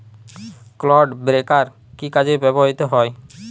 Clod breaker কি কাজে ব্যবহৃত হয়?